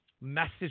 message